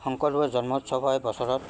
শংকৰদেৱৰ জন্মোৎসৱ হয় বছৰত